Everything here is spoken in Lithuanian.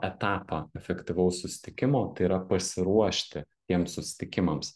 etapą efektyvaus susitikimo tai yra pasiruošti tiems susitikimams